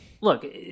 look